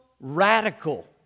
radical